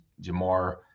Jamar